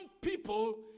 people